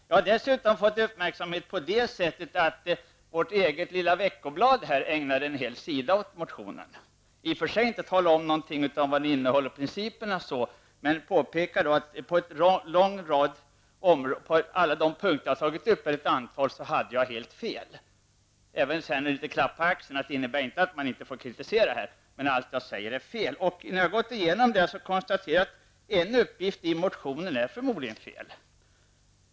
Jag har dessutom fått uppmärksamhet genom att vårt eget lilla veckoblad har ägnat en hel sida åt motionen. I artikeln talas det i och för sig inte om principerna i motionen, men det påpekas att jag på en lång rad punkter har helt fel. Jag får i artikeln också så att säga en liten klapp på axeln om att detta inte innebär att man inte får kritisera men att allt som sägs i motionen är fel. När jag har gått igenom motionen kan jag konstatera att en uppgift i motionen förmodligen är fel.